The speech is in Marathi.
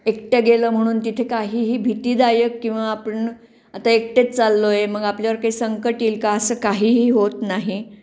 एकटं गेलं म्हणून तिथे काहीही भीतीदायक किंवा आपण आता एकटेच चाललो आहे मग आपल्यावर काही संकट येईल का असं काहीही होत नाही